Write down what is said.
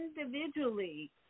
individually